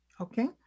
Okay